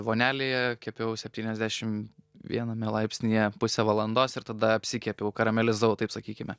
vonelėje kepiau septyniasdešim viename laipsnyje pusę valandos ir tada apsikepiau karamelizavau taip sakykime